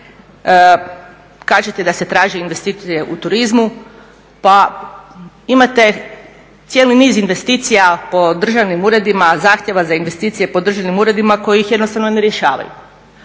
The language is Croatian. Kažete da se traže investicije u turizmu. Pa imate cijeli niz investicija po državnim uredima, zahtjeva za investicije po državnim uredima koje ih jednostavno ne rješavaju.